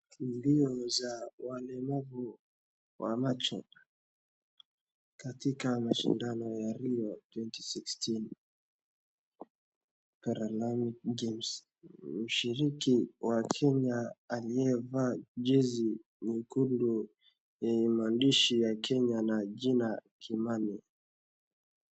Mbio za walemavu wa macho katika mashindano ya Rio twenty sixteen karalan games mshiriki wa Kenya aliyevaa jezi nyekundu yenye maandishi ya Kenya na jina Kimani